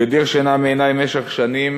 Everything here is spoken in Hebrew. הוא הדיר שינה מעיני במשך שנים,